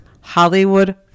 Hollywood